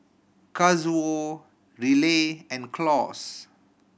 Kazuo Riley and Claus